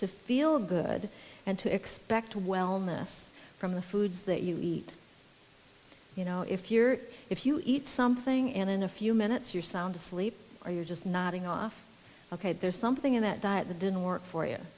to feel good and to expect wellness from the foods that you eat you know if you're if you eat something and in a few minutes you're sound asleep or you're just nodding off ok there's something in that diet that didn't work for y